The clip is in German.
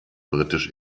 britisch